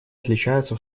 отличаются